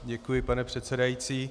Děkuji, pane předsedající.